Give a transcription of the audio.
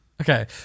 okay